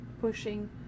pushing